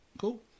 cool